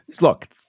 Look